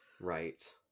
right